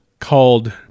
called